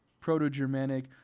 Proto-Germanic